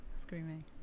screaming